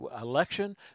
election